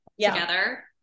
together